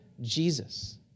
Jesus